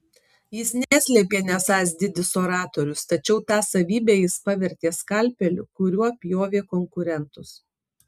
jis neslėpė nesąs didis oratorius tačiau tą savybę jis pavertė skalpeliu kuriuo pjovė konkurentus